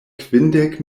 kvindek